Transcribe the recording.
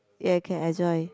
ya can enjoy